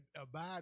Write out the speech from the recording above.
abide